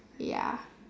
ya